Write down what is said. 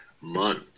month